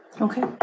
Okay